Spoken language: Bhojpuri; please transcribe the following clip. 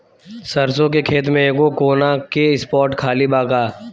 सरसों के खेत में एगो कोना के स्पॉट खाली बा का?